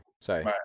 Sorry